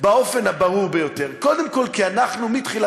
של דוחות,